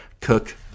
cook